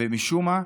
ומשום מה,